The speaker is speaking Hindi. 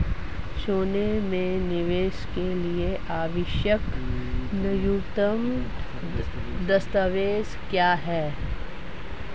सोने में निवेश के लिए आवश्यक न्यूनतम दस्तावेज़ क्या हैं?